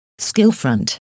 Skillfront